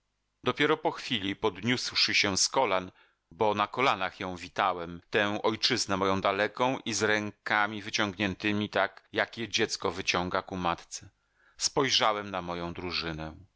dopiero po chwili podniósłszy się z kolan bo na kolanach ją witałem tę ojczyznę moją daleką i z rękami wyciągniętemi tak jak je dziecko wyciąga ku matce spojrzałem na moją drużynę